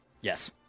Yes